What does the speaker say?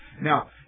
Now